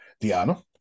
diana